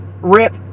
rip